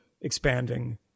expanding